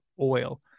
oil